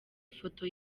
ifoto